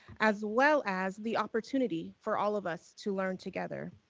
as well as the opportunity for all of us to learn together.